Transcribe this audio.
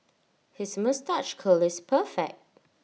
his moustache curl is perfect